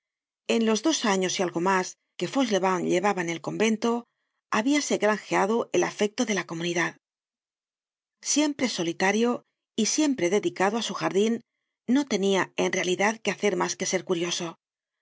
en los dos años y algo mas que fauchele vent llevaba en el convento habíase granjeado el afecto de la comunidad siempre solitario y siempre dedicado á su jardin no tenia en realidad que hacer mas que ser curioso a